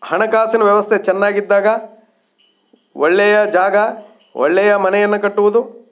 ಹಣಕಾಸಿನ ವ್ಯವಸ್ಥೆ ಚೆನ್ನಾಗಿದ್ದಾಗ ಒಳ್ಳೆಯ ಜಾಗ ಒಳ್ಳೆಯ ಮನೆಯನ್ನು ಕಟ್ಟುವುದು